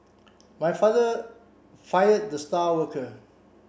my father fired the star worker